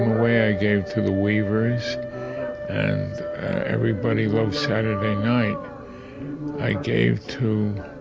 wimoweh i gave to the weavers and everybody loves saturday night i gave to